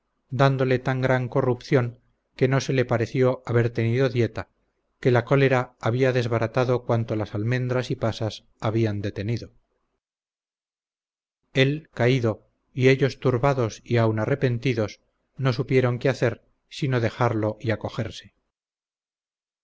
dándole tan gran corrupción que no se le pareció haber tenido dieta que la cólera había desbaratado cuanto las almendras y pasas hablan detenido él caído y ellos turbados y aun arrepentidos no supieron que hacer sino dejarlo y acogerse